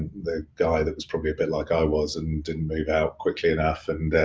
the guy that was probably a bit like i was and didn't move out quickly enough and and